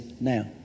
now